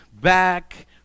back